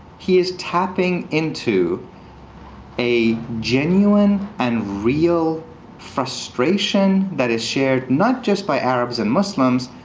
he is tapping into a genuine and real frustration that is shared, not just by arabs and muslims,